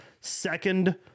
second